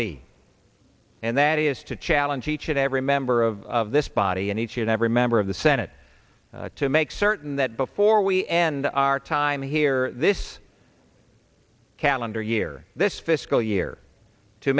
be and that is to challenge each and every member of this body and each and every member of the senate to make certain that before we end our time here this calendar year this fiscal year to